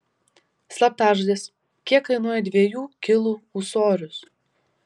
slaptažodis kiek kainuoja dviejų kilų ūsorius